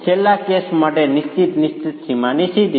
છેલ્લા કેસ માટે નિશ્ચિત નિશ્ચિત સીમાની સ્થિતિ